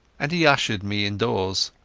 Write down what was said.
and he ushered me indoors.